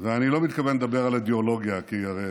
ואני לא מתכוון לדבר על אידיאולוגיה, כי הרי